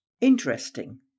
Interesting